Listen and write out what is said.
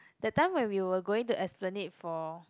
that time when we were going to Esplanade for